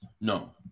no